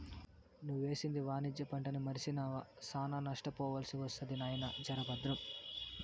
నువ్వేసింది వాణిజ్య పంటని మర్సినావా, శానా నష్టపోవాల్సి ఒస్తది నాయినా, జర బద్రం